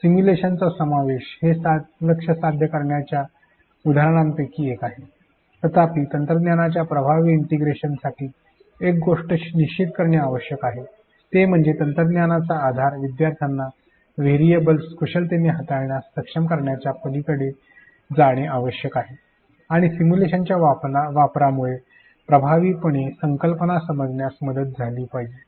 सिम्युलेशनचा समावेश हे लक्ष्य साध्य करण्याच्या उदाहरणापैकी एक आहे तथापि तंत्रज्ञानाच्या प्रभावी इंटिग्रेशनसाठी एक गोष्ट निश्चित करणे आवश्यक आहे ते म्हणजे तंत्रज्ञानाचा आधार विद्यार्थ्यांना व्हेरिएबल्स कुशलतेने हाताळण्यामध्ये सक्षम करण्याच्या पलीकडे जाणे आवश्यक आहे आणि सिम्युलेशनच्या वापरामुळे संकल्पना प्रभावीपणे समजण्यास मदत झाली पाहिजे